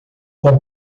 com